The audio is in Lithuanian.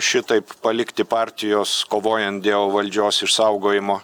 šitaip palikti partijos kovojant dėl valdžios išsaugojimo